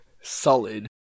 Solid